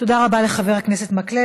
תודה לחבר הכנסת מקלב.